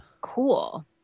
cool